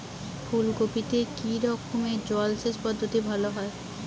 ফুলকপিতে কি রকমের জলসেচ পদ্ধতি ভালো হয়?